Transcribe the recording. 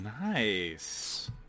Nice